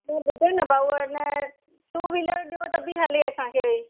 पो ॿुधो न भाऊ हेन टू व्हीलर जो त बि हले असांखे